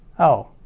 oh.